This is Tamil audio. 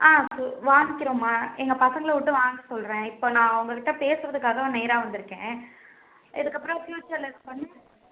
ஆ வாங்கிக்கிறோம்மா எங்கள் பசங்களை விட்டு வாங்க சொல்றேன் இப்போ நான் உங்கக்கிட்ட பேசுகிறதுக்காக தான் நேராக வந்துயிருக்கேன் இதுக்கப்புறோம் ஃபியூச்சரில் இது பண்ணா